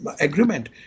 agreement